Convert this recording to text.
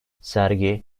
sergi